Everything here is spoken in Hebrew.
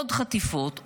עוד חטיפות,